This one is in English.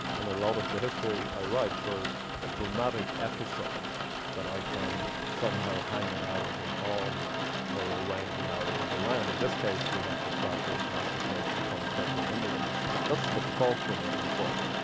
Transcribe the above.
in a lot of the history i write, for a dramatic episode that i can somehow hang a narrative on or arrange a narrative around. in this case, we have the tragic massacre of the conestoga indians. that's the fulcrum of the book.